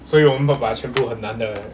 所以我们把全部很难的